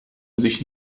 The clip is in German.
sich